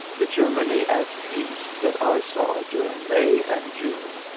the germany at peace that i saw during may and june,